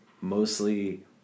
mostly